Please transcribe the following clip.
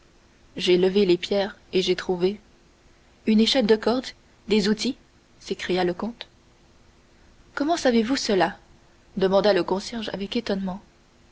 j'ai levé les pierres et j'ai trouvé une échelle de corde des outils s'écria le comte comment savez-vous cela demanda le concierge avec étonnement